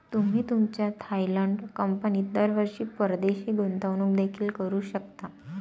तुम्ही तुमच्या थायलंड कंपनीत दरवर्षी परदेशी गुंतवणूक देखील करू शकता